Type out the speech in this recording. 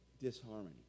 disharmony